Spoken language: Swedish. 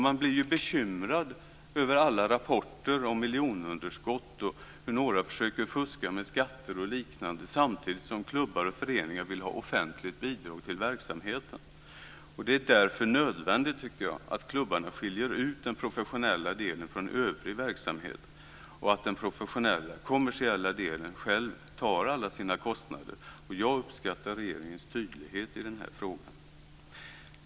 Man blir ju bekymrad över alla rapporter om miljonunderskott och om hur några försöker fuska med skatter och liknande samtidigt som klubbar och föreningar vill ha offentligt bidrag till verksamheten. Det är därför jag tycker att det är nödvändigt att klubbarna skiljer ut den professionella delen från övrig verksamhet och att den kommersiella delen själv tar alla sina kostnader. Jag uppskattar regeringens tydlighet i denna fråga.